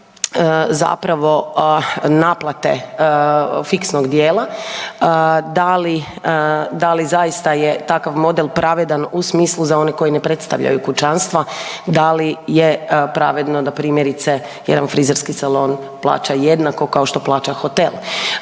zapravo naplate fiksnog dijela, da li, da li zaista je takav model pravedan u smislu za one koji ne predstavljaju kućanstva, da li je pravedno da primjerice jedan frizerski salon plaća jednako kao što plaća hotel?